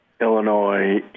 Illinois